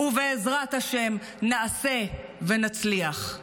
ובעזרת השם, נעשה ונצליח.